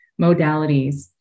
modalities